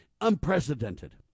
unprecedented